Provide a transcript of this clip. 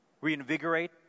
reinvigorate